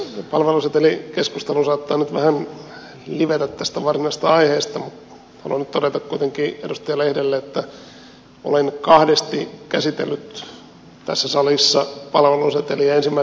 palvelusetelikeskustelu saattaa nyt vähän livetä tästä varsinaisesta aiheesta mutta haluan nyt todeta kuitenkin edustaja lehdelle että olen kahdesti käsitellyt tässä salissa palveluseteliä